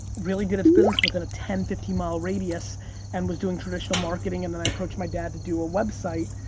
really did its business within a ten fifteen mile radius and was doing traditional marketing, and then i approached my dad to do a website,